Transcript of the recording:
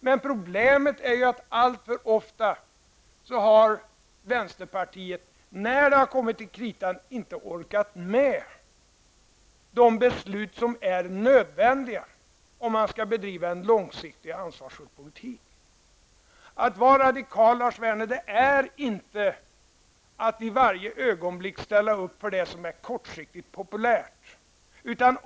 Men problemet är ju att vänsterpartiet, när det har kommit till kritan, alltför ofta inte har orkat med att fatta de beslut som är nödvändiga om man skall bedriva en långsiktig och ansvarsfull politik. Att vara radikal, Lars Werner, innebär inte att man i varje ögonblick ställer upp för det som är kortsiktigt populärt.